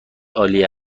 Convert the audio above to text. عالی